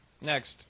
Next